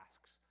asks